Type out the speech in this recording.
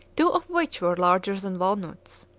two of which were larger than walnuts.